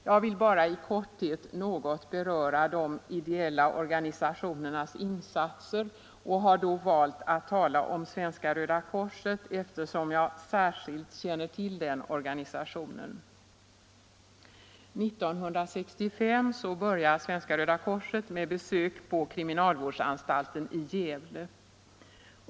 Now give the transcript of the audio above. Jag vill bara i korthet något beröra de ideella organisationernas insatser och har då valt att tala om Svenska röda korset, eftersom jag särskilt känner till den organisationen. 1965 började Svenska röda korset med besök på kriminalvårdsanstalten i Gävle.